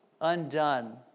undone